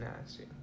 nasty